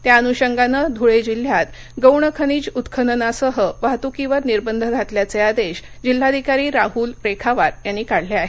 त्याअनुषंगाने धुळे जिल्ह्यात गोणखनिज उत्खननासह वाहतुकीवर निर्बंध घातल्याचे आदेश जिल्हाधिकारी राहूल रेखावार यांनी काढले आहेत